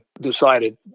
decided